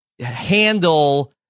handle